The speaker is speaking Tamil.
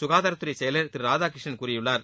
சுகாதாரத்துறை செயலர் திரு அரசு ராதாகிருஷ்ணன் கூறியுள்ளார்